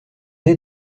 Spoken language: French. est